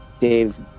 Dave